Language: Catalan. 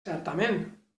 certament